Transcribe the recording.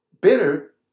bitter